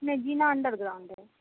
नहीं जीना अंडरग्राउंड है